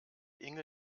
inge